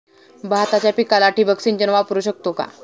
भाताच्या पिकाला ठिबक सिंचन वापरू शकतो का?